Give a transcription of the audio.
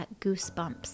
goosebumps